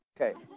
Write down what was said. Okay